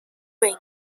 rig